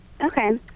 Okay